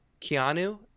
keanu